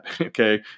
Okay